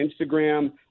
Instagram